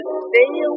stay